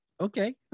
okay